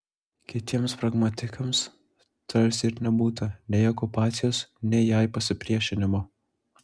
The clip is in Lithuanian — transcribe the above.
kitiems pragmatikams tarsi ir nebūta nei okupacijos nei jai pasipriešinimo